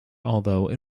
although